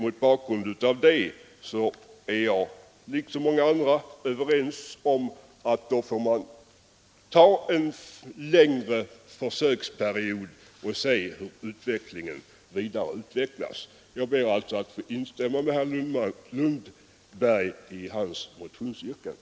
Mot bakgrund härav anser jag i likhet med många andra att man under en längre försöksperiod bör studera utvecklingen. Jag ber alltså att få instämma i herr Lundbergs yrkande.